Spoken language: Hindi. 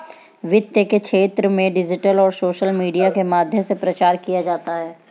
वित्त के क्षेत्र में डिजिटल और सोशल मीडिया के माध्यम से प्रचार किया जाता है